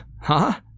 Huh